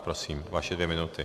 Prosím, vaše dvě minuty.